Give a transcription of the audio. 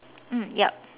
mm yup